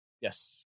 yes